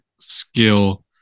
skill